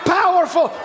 powerful